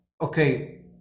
okay